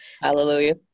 Hallelujah